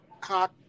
cock